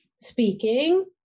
speaking